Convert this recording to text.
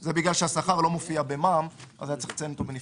זה בגלל שהשכר לא מופיע במע"מ אז היה צריך לציין אותו בנפרד.